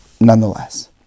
nonetheless